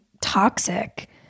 toxic